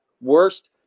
Worst –